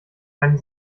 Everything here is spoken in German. einen